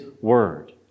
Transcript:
word